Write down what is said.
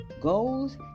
goals